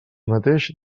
mateix